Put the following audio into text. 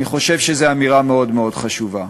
אני חושב שזו אמירה מאוד מאוד חשובה.